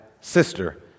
sister